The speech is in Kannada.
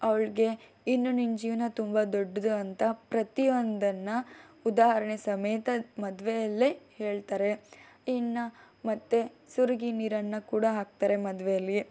ಅವ್ಳಿಗೆ ಇನ್ನು ನಿನ್ನ ಜೀವ್ನ ತುಂಬ ದೊಡ್ಡದು ಅಂತ ಪ್ರತಿಯೊಂದನ್ನು ಉದಾಹರಣೆ ಸಮೇತ ಮದುವೆಯಲ್ಲೇ ಹೇಳ್ತಾರೆ ಇನ್ನು ಮತ್ತೆ ಸುರುಗಿ ನೀರನ್ನು ಕೂಡ ಹಾಕ್ತಾರೆ ಮದುವೆಯಲ್ಲಿ